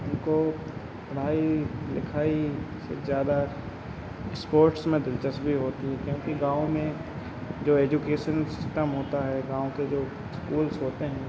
उनको पढ़ाई लिखाई से ज़्यादा इस्पोर्ट्स में दिलचस्पी होती है क्योंकि गाँव में जो एजुकेसन सिस्टम होता है गाँव के जो इस्कूल्स होते हैं